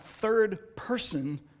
third-person